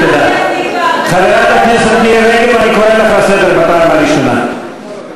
חבר הכנסת ברכה, קראתי לך לסדר בפעם השנייה.